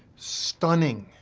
stunning